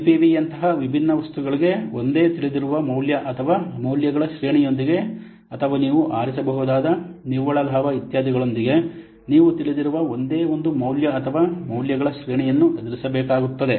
NPV ಯಂತಹ ವಿಭಿನ್ನ ವಸ್ತುಗಳಿಗೆ ಒಂದೇ ತಿಳಿದಿರುವ ಮೌಲ್ಯ ಅಥವಾ ಮೌಲ್ಯಗಳ ಶ್ರೇಣಿಯೊಂದಿಗೆ ಅಥವಾ ನೀವು ಆರಿಸಬಹುದಾದ ನಿವ್ವಳ ಲಾಭ ಇತ್ಯಾದಿಗಳೊಂದಿಗೆ ನೀವು ತಿಳಿದಿರುವ ಒಂದೇ ಒಂದು ಮೌಲ್ಯ ಅಥವಾ ಮೌಲ್ಯಗಳ ಶ್ರೇಣಿಯನ್ನು ಎದುರಿಸಬೇಕಾಗುತ್ತದೆ